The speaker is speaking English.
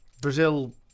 Brazil